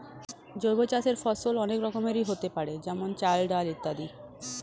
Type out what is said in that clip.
জৈব চাষের ফসল অনেক রকমেরই হতে পারে যেমন চাল, ডাল ইত্যাদি